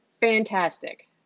fantastic